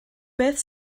beth